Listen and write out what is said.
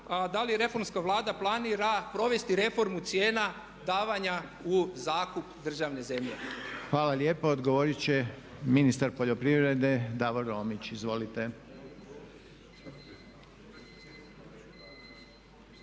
da li reformska Vlada planira provesti reformu cijena davanja u zakup državne zemlje. **Reiner, Željko (HDZ)** Hvala lijepa. Odgovorit će ministar poljoprivrede Davor Romić. Izvolite.